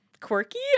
quirky